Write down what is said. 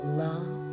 love